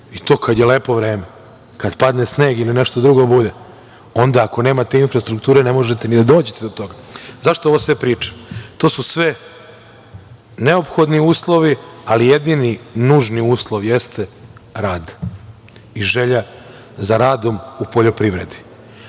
i to kad je lepo vreme. Kada padne sneg ili nešto drugo bude, onda ako nemate infrastrukture, ne možete ni da dođete do toga.Zašto ovo sve pričam? To su sve neophodni uslovi, ali jedini nužni uslov jeste rad i želja za radom u poljoprivredi.